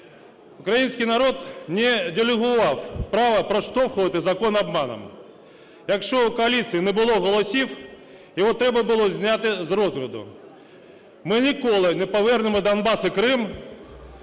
Український народ не делегував право проштовхувати закон обманом. Якщо в коаліції не було голосів, його треба було зняти з розгляду. Ми ніколи не повернемо Донбас і Крим,